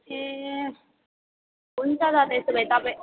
ए हुन्छ त त्यसोभए तपाईँ